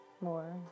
more